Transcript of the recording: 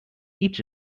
each